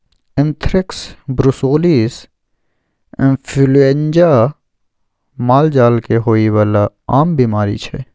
anthrax, brucellosis influenza मालजाल केँ होइ बला आम बीमारी छै